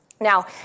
Now